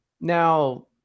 now